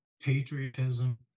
patriotism